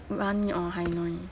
rani or hai noi